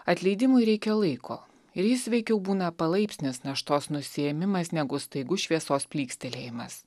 atleidimui reikia laiko ir jis veikiau būna palaipsnis naštos nusiėmimas negu staigus šviesos plykstelėjimas